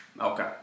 Okay